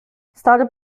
stary